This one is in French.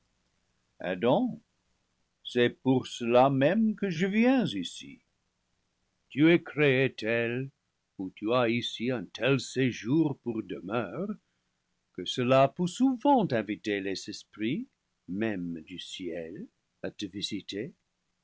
adam c'est pour cela même que je viens ici tu es créé tel ou tu as ici un tel séjour pour demeure que cela peut sou vent inviter les esprits mêmes du ciel à te